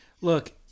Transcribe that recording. Look